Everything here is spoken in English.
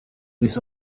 this